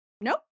nope